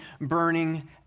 burning